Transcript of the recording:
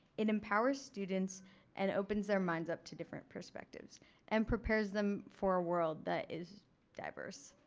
it empowers students and opens our minds up to different perspectives and prepares them for a world that is diverse.